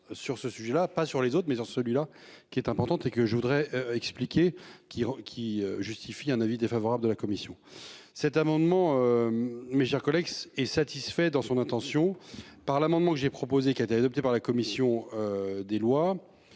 sur ce sujet-là, pas sur les autres mais dans celui-là qui est importante et que je voudrais expliquer qui qui justifie un avis défavorable de la commission cet amendement. Mes chers collègues, est satisfait. Dans son intention par l'amendement que j'ai proposé, qui a été adopté par la commission. Des lois.